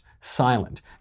silent